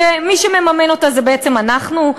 שמי שמממן אותה זה בעצם אנחנו,